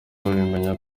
babimenya